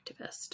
activist